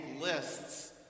lists